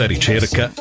ricerca